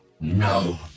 No